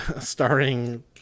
starring